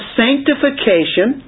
sanctification